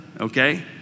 Okay